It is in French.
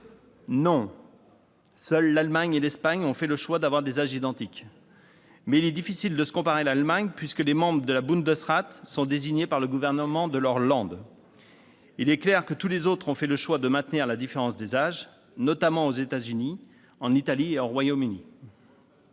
Non ! Seules l'Allemagne et l'Espagne ont fait le choix d'avoir des âges identiques dans les deux chambres. Mais il est difficile de se comparer à l'Allemagne, puisque les membres du Bundesrat sont désignés par le gouvernement de leur Il est clair que tous les autres pays ont fait le choix de maintenir la différence des âges, notamment les États-Unis, l'Italie et le Royaume-Uni.